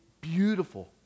beautiful